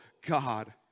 God